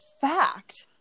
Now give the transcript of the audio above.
fact